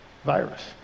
virus